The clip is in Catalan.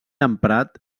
emprat